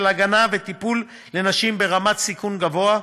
הגנה וטיפול לנשים ברמת סיכון גבוהה,